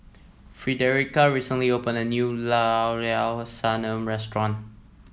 frederica recently opened a new Llao Llao Sanum restaurant